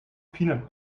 peanut